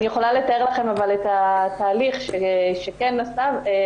אני יכולה לתאר לכם את התהליך שכן עשינו,